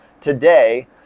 today